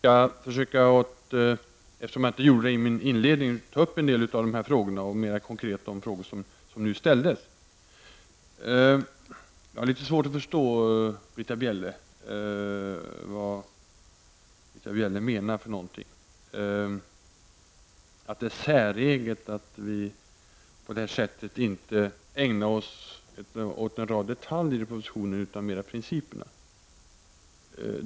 Herr talman! Eftersom jag inte gjorde det i mitt inledningsanförande, skall jag nu försöka att ta upp en del av de här frågorna och mer konkret bemöta de frågor som nu har ställts. Jag har litet svårt att förstå vad Britta Bjelle menar med att det är säreget att vi inte ägnar oss åt en rad detaljer i propositionen, utan mer åt principerna.